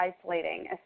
isolating